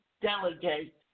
delegate